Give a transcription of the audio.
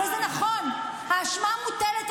בנימין נתניהו הוא זה שמאפשר את הרקטות,